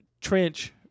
Trench